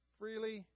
freely